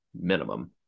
minimum